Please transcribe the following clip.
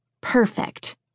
Perfect